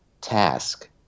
task